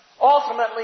ultimately